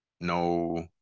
No